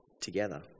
together